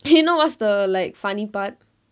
you know what's the like funny part